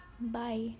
Bye